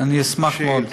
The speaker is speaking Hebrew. אשמח מאוד.